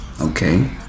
Okay